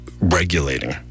regulating